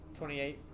28